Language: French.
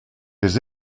les